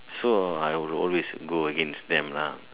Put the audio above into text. so I will always go against them lah